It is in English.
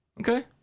Okay